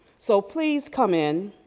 so please come in,